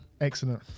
Excellent